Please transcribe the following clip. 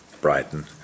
Brighton